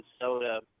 Minnesota